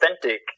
authentic